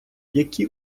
які